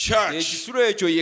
Church